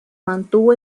mantuvo